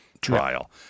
trial